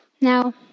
Now